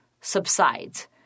subsides